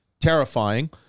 terrifying